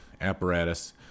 apparatus